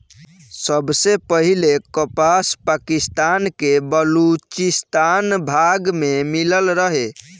सबसे पहिले कपास पाकिस्तान के बलूचिस्तान भाग में मिलल रहे